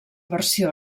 versió